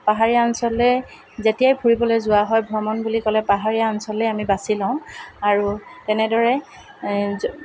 পাহাৰীয়া অঞ্চললৈ যেতিয়াই ফুৰিবলৈ যোৱা হয় ভ্ৰমণ বুলি ক'লে পাহাৰীয়া অঞ্চলেই আমি বাচি লওঁ আৰু তেনেদৰে